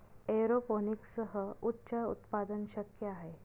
एरोपोनिक्ससह उच्च उत्पादन शक्य आहे